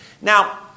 Now